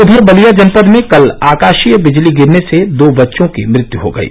उधर बलिया जनपद में कल आकाशीय बिजली गिरने से दो बच्चों की मृत्यु हो गयी